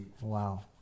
wow